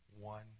one